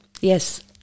Yes